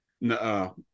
No